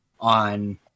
on